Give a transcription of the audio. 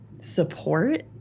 support